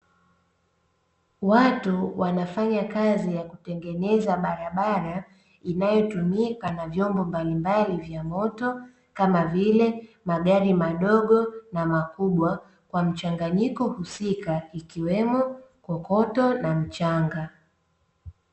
Watu wanafanyakazi ya kutengeneza barabara inayotumika na vyombo mbalimbali vya moto, kama vile magari madogo na makubwa kwa mchanganyiko husika ikiwemo kokoto na mchanga.